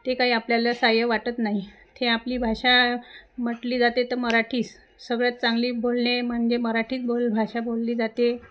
ते काही आपल्याला साहाय्य वाटत नाही ते आपली भाषा म्हटली जाते तर मराठीच सगळ्यात चांगली बोलणे म्हणजे मराठीच बोल भाषा बोलली जाते